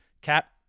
cat